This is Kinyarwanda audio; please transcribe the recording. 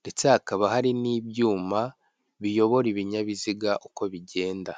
ndetse hakaba hari n'ibyuma biyobora ibinyabiziga uko bigenda.